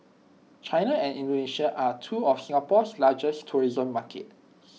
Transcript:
China and Indonesia are two of Singapore's largest tourism markets